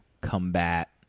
combat